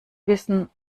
wissen